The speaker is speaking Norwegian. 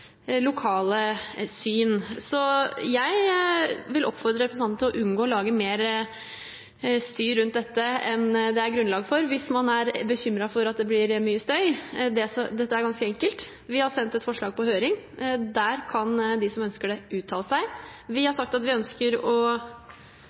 lokale syn. Jeg vil oppfordre representanten Foss til å unngå å lage mer styr rundt dette enn det er grunnlag for, hvis man er bekymret for at det blir mye støy. Dette er ganske enkelt: Vi har sendt et forslag på høring. Der kan de som ønsker det, uttale seg. Vi